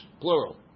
plural